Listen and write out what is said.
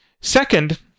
Second